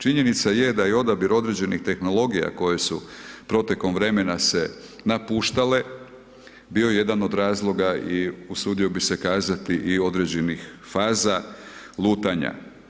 Činjenica je da je odabir određenih tehnologija, koje su protekom vremena se napuštale, bio jedan od razloga i usudio bi se kazati i određenih faza lutanja.